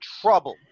trouble